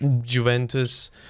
Juventus